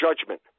judgment